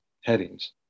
headings